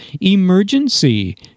emergency